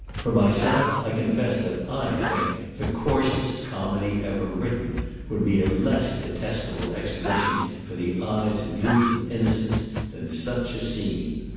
for myself, i confess that i think the coarsest comedy ever written would be a less detestable exhibition for the eyes of youth and innocence than such a scene.